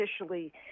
officially